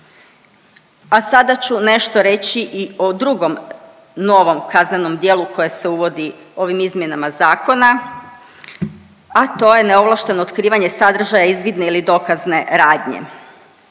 A sada ću nešto reći i o drugom novom kaznenom djelu koje se uvodi ovim izmjenama zakona, a to je neovlašteno otkrivanje sadržaja izvidne ili dokazne radnje.